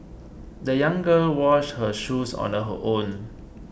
the young girl washed her shoes on her own